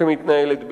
שמתנהלת בפועל.